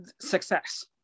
success